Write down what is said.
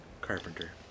Carpenter